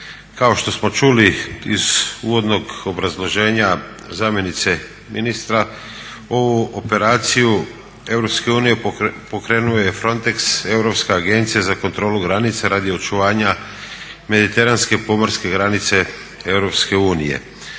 Kao što smo čuli iz uvodnog obrazloženja zamjenice ministra ovu operaciju Europske unije pokrenuo je Frontex, Europska agencija za kontrolu granica radi očuvanja mediteranske pomorske granice